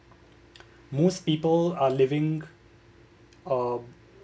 most people are living uh